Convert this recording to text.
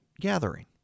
gathering